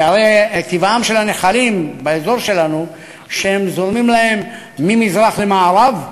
כי הרי טבעם של הנחלים באזור שלנו שהם זורמים להם ממזרח למערב,